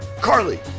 Carly